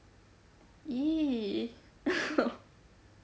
!ee!